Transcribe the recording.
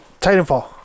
titanfall